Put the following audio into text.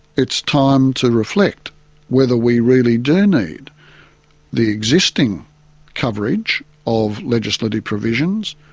it's time to reflect whether we really do need the existing coverage of legislative provisions,